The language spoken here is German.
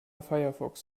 firefox